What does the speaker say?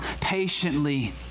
patiently